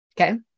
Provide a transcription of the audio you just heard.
okay